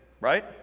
right